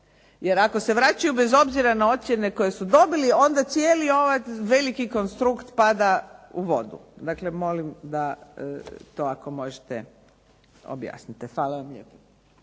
Jer ako se vraćaju bez obzira na ocjene koje su dobili onda cijeli ovaj veliki konstrukt pada u vodu. Dakle, molim da to ako možete objasnite. Hvala vam lijepo.